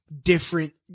different